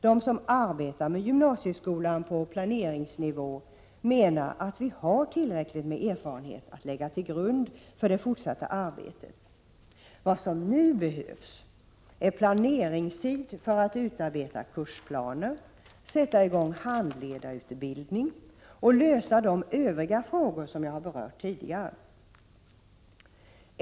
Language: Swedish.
De som arbetar med gymnasieskolan på planeringsnivå menar att vi har tillräckligt med erfarenheter att lägga till grund för det fortsatta arbetet. Vad som nu behövs är planeringstid för att utarbeta kursplaner, att sätta i gång handledarutbildning och att lösa de övriga frågor som jag har berört tidigare.